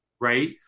Right